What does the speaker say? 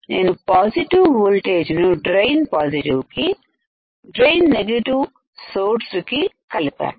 నేను positive voltage ను drain positive కి డ్రైన్ నెగటివ్ సోర్సు కి కలిపాను